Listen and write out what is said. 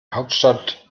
hauptstadt